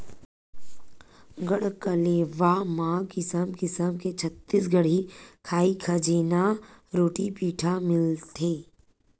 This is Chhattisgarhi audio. गढ़कलेवा म किसम किसम के छत्तीसगढ़ी खई खजेना, रोटी पिठा मिलथे